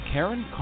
Karen